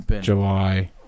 July